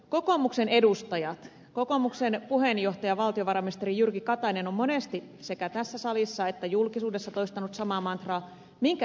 kokoomuksen edustajat ja kokoomuksen puheenjohtaja valtiovarainministeri jyrki katainen ovat monesti sekä tässä salissa että julkisuudessa toistaneet samaa mantraa minkä ed